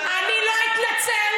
אני לא אתנצל.